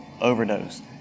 overdose